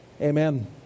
Amen